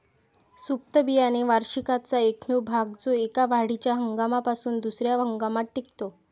सुप्त बियाणे वार्षिकाचा एकमेव भाग जो एका वाढीच्या हंगामापासून दुसर्या हंगामात टिकतो